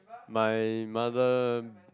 my mother